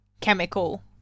chemical